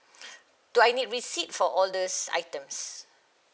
do I need receipt for all these items